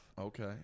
Okay